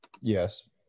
Yes